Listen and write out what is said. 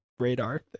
radar